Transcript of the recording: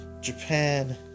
Japan